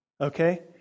Okay